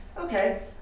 Okay